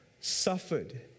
suffered